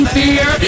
fear